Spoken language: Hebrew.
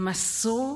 הם מסרו